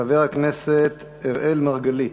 חבר הכנסת אראל מרגלית,